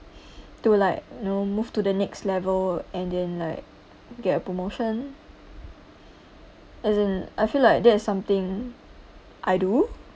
to like you know move to the next level and then like get a promotion as in I feel like that is something I do